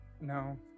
no